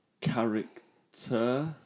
character